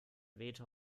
veto